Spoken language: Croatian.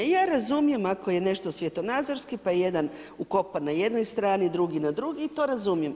Ja razumijem ako je nešto svjetonazorski, pa je jedan ukopan na jednoj strani, drugi na drugoj i to razumijem.